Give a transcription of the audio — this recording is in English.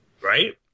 Right